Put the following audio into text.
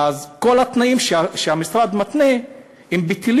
אז כל התנאים שהמשרד מתנה בטלים,